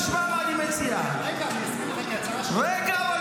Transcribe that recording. אני אסביר לך --- רגע,